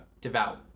devout